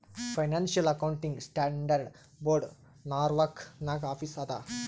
financial accounting standard board Norwalk ನಾಗ್ office ಅದಾ